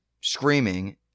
screaming